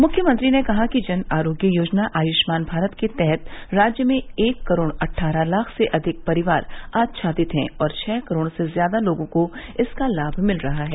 मुख्यमंत्री ने कहा कि जन आरोग्य योजना आयुष्मान भारत के तहत राज्य में एक करोड़ अट्ठारह लाख से अधिक परिवार आच्छादित है और छह करोड़ से ज्यादा लोगों को इसका लाभ मिल रहा है